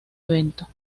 evento